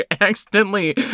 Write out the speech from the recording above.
accidentally